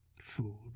Food